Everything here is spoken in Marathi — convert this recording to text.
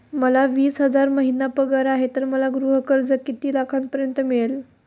मला वीस हजार महिना पगार आहे तर मला गृह कर्ज किती लाखांपर्यंत मिळेल?